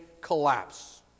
collapse